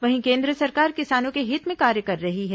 वहीं केन्द्र सरकार किसानों के हित में कार्य कर रही है